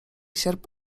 sierp